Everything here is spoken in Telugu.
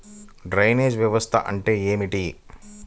డ్రైనేజ్ వ్యవస్థ అంటే ఏమిటి?